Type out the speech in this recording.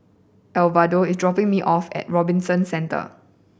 Alvaro is dropping me off at Robinson Centre